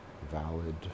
valid